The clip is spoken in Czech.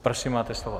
Prosím, máte slovo.